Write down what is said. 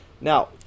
Now